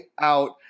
out